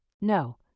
No